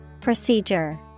Procedure